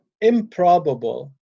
improbable